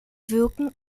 wirken